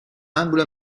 anglo